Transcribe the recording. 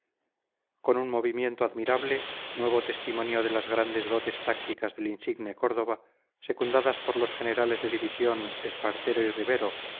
con un movimiento admirable nuevo testimonio de las grandes dotes tácticas del insigne córdova secundadas por los generales de división espartero y ribero